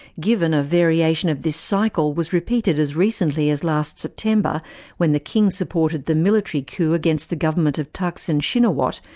given a variation of this cycle was repeated as recently as last september when the king supported the military coup against the government of thaksin shinawatra,